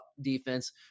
defense